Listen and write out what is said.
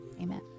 Amen